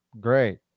Great